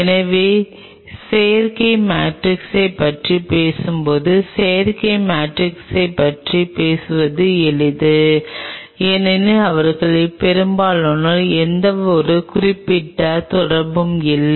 எனவே செயற்கை மேட்ரிக்ஸைப் பற்றி பேசுவது செயற்கை மேட்ரிக்ஸைப் பற்றி பேசுவது எளிதானது ஏனெனில் அவர்களில் பெரும்பாலோருக்கு எந்தவொரு குறிப்பிட்ட தொடர்பும் இல்லை